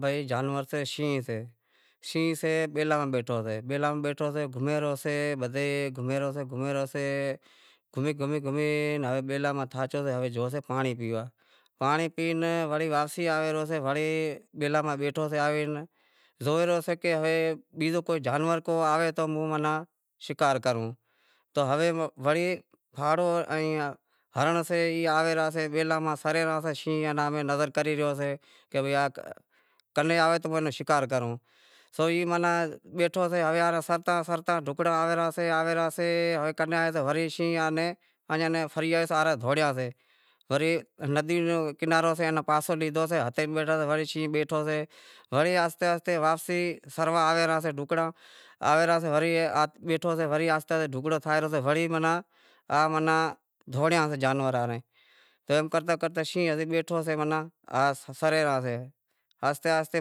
بھئی جانور سئے شینہں، بیلاں مہیں بیٹھو رہئو سئے، گھمے رہیو سئے گھمے رہیو سئے ، گھمے گھمے گھمے بیلاں ماہ تھاکیو سے جوسے پانڑی پیوا، پانڑی پی ناں وڑی واپسی آوے رہیو سے بیلاں ماہ بیٹھو سے آوے زوئے رہیو سئے کہ ہے بیزو کو جانور آوے تو موں ماناں سکار کراں، ہوے وڑے پھاڑہا ائیں ہرنڑ سے ای آوے رہاں سے، بیلاں ماں پھرے رہا سئے ، شینہں ایئاں ناں نظر کری رہیو سئے کہ کنے آوے تو اوئے ناں سکار کروں، سو ای ہوے بیٹھو سئے سرتاں سرتاں ڈھکڑاں آوے رہیا سے آوے رہیا سے کداں آئے رہیا سے، پسے شینہں ایئاں نیں پھری ساراں دہوڑیا سے، اے ندی رو کنارو سے پاسو ڈیدو سے ہتے بیٹھا سئے ورے شینہں بیٹھو سئے، وڑے آہستے آہستے سرواں آوے رہیا سے ڈھکڑاں آوے رہیا سے ہوری بیٹھو سے وری ڈھکڑا ٹھائے رہیو سے وری ایئاں ناں ماناں دہوڑیاں سیں جانوراں ریں۔ ایم کرتے کرتے شینہں بیٹھو سے ماناں سرے راہسے آہستے آہستے